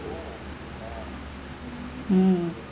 mm